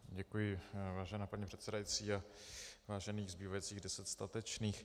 Děkuji, vážená paní předsedající a vážených zbývajících deset statečných.